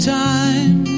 time